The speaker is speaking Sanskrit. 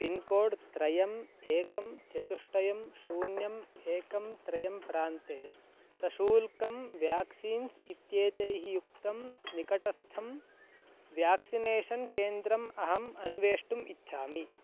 पिन्कोड् त्रयम् एकं चतुष्टयं शून्यम् एकं त्रयं प्रान्ते सशुल्कं व्याक्सीन्स् इत्येतैः युक्तं निकटस्थं व्याक्सिनेषन् केन्द्रम् अहम् अन्वेष्टुम् इच्छामि